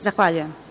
Zahvaljujem.